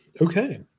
Okay